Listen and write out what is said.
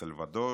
מסלבדור.